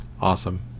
awesome